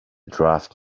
draft